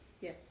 Yes